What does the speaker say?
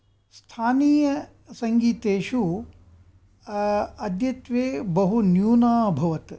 स्थानीयसङ्गीतेषु अद्यत्वे बहु न्यूना अभवत्